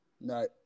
No